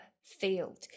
field